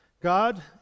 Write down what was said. God